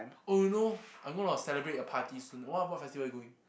oh you know I'm gonna celebrate a party soon what what festival are you going